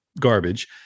garbage